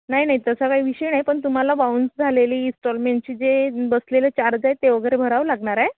नाही नाही तसा काही विषय नाही पण तुम्हाला बाऊंस झालेली इस्टॉलमेंटची जे बसलेले चार्ज ते वगैरे भरावं लागणार आहे